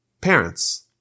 parents